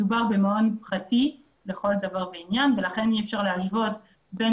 מדובר מעון פרטי לכל דבר ועניין ולכן אי אפשר להשוות בין